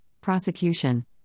prosecution